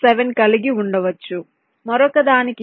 7 కలిగి ఉండవచ్చు మరొకదానికీ డిలే 5